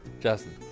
Justin